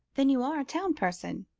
then you are a town person?